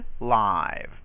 live